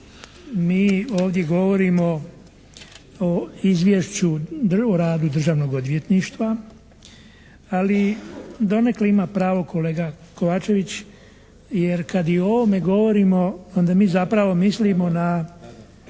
Mi ovdje govorimo o Izvješću o radu Državnog odvjetništva, ali donekle ima pravo kolega Kovačević, jer kad i ovome govorimo onda mi zapravo mislimo na